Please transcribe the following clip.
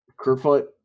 Kerfoot